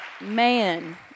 man